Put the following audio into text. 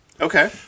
Okay